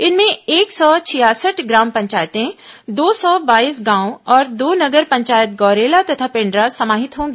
इनमें एक सौ छियासठ ग्राम पंचायतें दो सौ बाईस गांव और दो नगर पंचायत गौरेला तथा पेण्ड्रा समाहित होंगी